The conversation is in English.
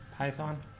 python